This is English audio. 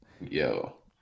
Yo